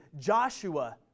Joshua